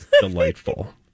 delightful